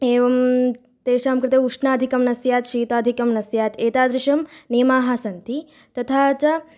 एवं तेषां कृते औष्णाधिक्यं न स्यात् शैत्याधिक्यं न स्यात् एतादृशाः नियमाः सन्ति तथा च